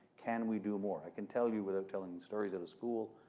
can we do more? i can tell you without telling stories out of school,